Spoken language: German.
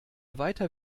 weiter